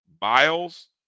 Miles